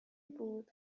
بود